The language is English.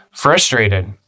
frustrated